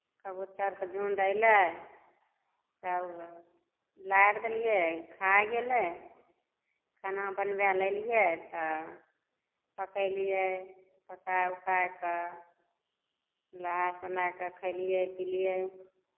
कबूतरके झुण्ड अयलै सभ लारि देलियै खाए गेलै खाना बनबय लए अयलियै तऽ पकेलियै पकाए उकाए कऽ नहा सुना कऽ खयलियै पिलियै